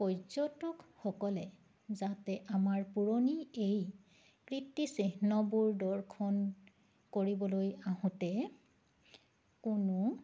পৰ্যটকসকলে যাতে আমাৰ পুৰণি এই কীৰ্তিচিহ্নবোৰ দৰ্শন কৰিবলৈ আহোঁতে কোনো